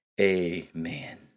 Amen